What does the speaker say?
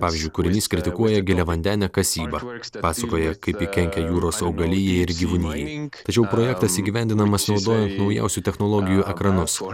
pavyzdžiui kūrinys kritikuoja giliavandenę kasybą pasakoja kaip ji kenkia jūros augalija ir gyvūnijai tačiau projektas įgyvendinamas naudojant naujausių technologijų ekranus